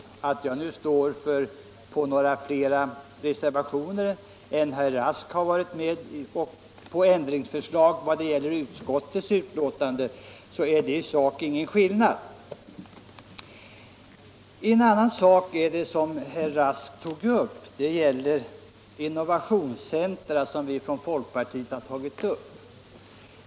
Även om jag i detta betänkande står på några reservationer, och herr Rask har motion i detta ärende, så är det i sak ingen skillnad. En annan sak gäller det herr Rask tog upp om innovationscentra, som föreslagits från folkpartihåll.